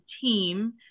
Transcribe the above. team